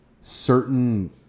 certain